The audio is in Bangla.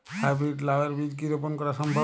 হাই ব্রীড লাও এর বীজ কি রোপন করা সম্ভব?